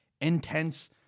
intense